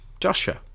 Joshua